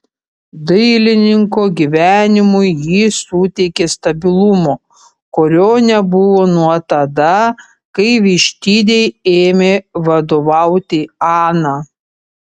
dailininko gyvenimui ji suteikė stabilumo kurio nebuvo nuo tada kai vištidei ėmė vadovauti ana